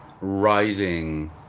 writing